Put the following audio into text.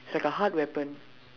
it's like a hard weapon